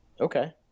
Okay